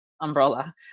umbrella